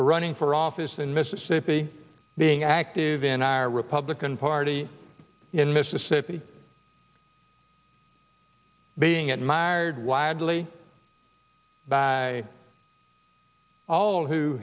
to running for office in mississippi being active in our republican party in mississippi being admired widely by all who